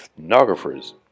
ethnographers